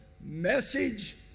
message